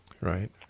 Right